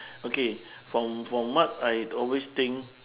okay from from what I always think